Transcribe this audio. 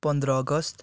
पन्ध्र अगस्त